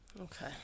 Okay